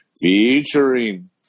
featuring